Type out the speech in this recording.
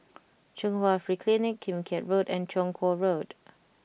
Chung Hwa Free Clinic Kim Keat Road and Chong Kuo Road